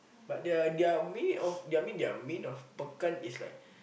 but the their meaning of I mean their meaning of pekan is like